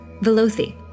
Velothi